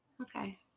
okay